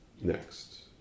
next